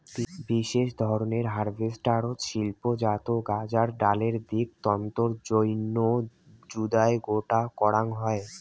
বিশেষ ধরনের হারভেস্টারত শিল্পজাত গাঁজার ডালের দিক তন্তুর জইন্যে জুদায় গোটো করাং হই